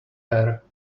air